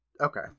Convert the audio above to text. Okay